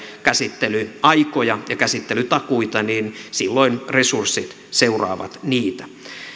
käsittelyaikoja ja käsittelytakuita niin silloin resurssit seuraavat niitä